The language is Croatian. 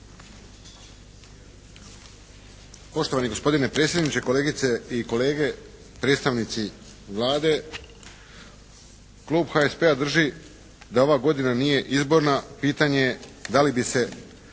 Poštovani gospodine predsjedniče, kolegice i kolege, predstavnici Vlade. Klub HSP-a drži da ova godina nije izborna pitanje je da li bi se